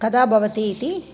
कदा भवति इति